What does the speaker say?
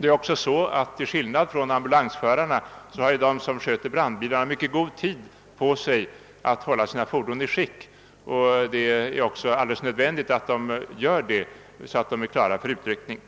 per fordon. Till skillnad från ambulansförarna har de som sköter brandbilarna mycket god tid på sig att hålla sina fordon i skick, och det är alldeles nödvändigt att de gör detta så att fordonen är klara för utryckning.